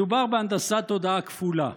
מדובר בהנדסת תודעה כפולה: